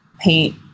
paint